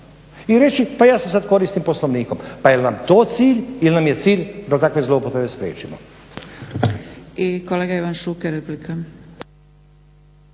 i reći pa ja se sada koristim Poslovnikom. Pa jel nam je to cilj ili nam je cilj da takve zloupotrebe spriječimo. **Zgrebec, Dragica